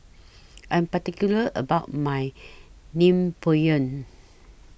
I Am particular about My Naengmyeon